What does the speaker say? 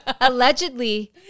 allegedly